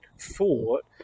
thought